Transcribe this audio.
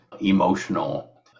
emotional